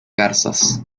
garzas